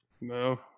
no